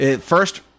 First